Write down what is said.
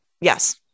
Yes